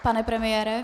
Pane premiére.